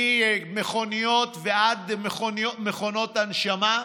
ממכוניות ועד מכונות הנשמה,